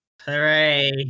Hooray